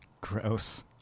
Gross